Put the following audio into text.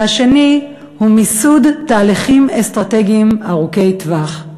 והשני הוא מיסוד תהליכים אסטרטגיים ארוכי טווח.